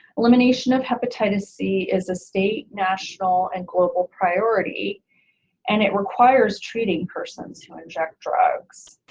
elimination of hepatitis c is a state national and global priority and it requires treating persons who inject drugs.